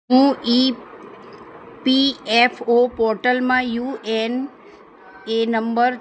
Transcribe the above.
હું E P F O પોર્ટલમાં U A N number